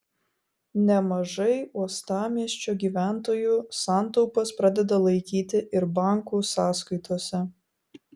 nemažai uostamiesčio gyventojų santaupas pradeda laikyti ir bankų sąskaitose